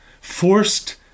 forced